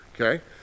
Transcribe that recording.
okay